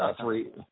three